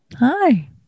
Hi